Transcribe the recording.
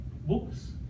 books